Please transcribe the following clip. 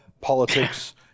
politics